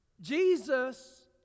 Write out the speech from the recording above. Jesus